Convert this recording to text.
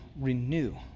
renew